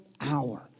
hour